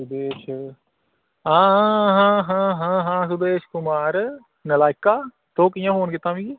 सुदेश हां हां हां हां हां हां सुदेश कुमार नलायेका तूं कि'यां फोन कीता मिगी